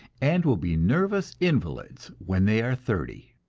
and will be nervous invalids when they are thirty.